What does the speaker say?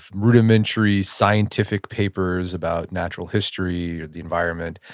rudimentary scientific papers about natural history or the environment.